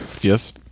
Yes